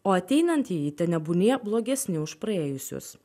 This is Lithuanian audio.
o ateinantieji tenebūnie blogesni už praėjusius